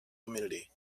community